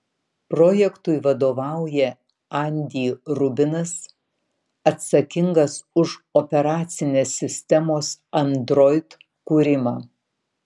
projektui vadovauja andy rubinas atsakingas už operacinės sistemos android kūrimą